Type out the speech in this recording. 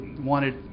wanted